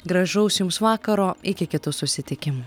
gražaus jums vakaro iki kitų susitikimų